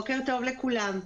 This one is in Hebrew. לכולם.